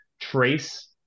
trace